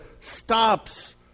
stops